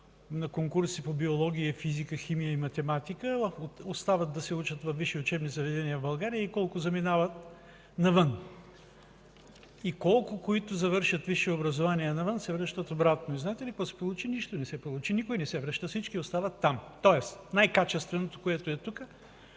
от конкурси по биология, физика, химия и математика, остават да се учат във висши учебни заведения в България, колко заминават навън и колко от тези, които завършат висше образование навън, се връщат обратно? И знаете ли какво се получи? Нищо, никой не се връща, всички остават там! Тоест най-качественото, което ражда